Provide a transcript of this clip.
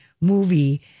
movie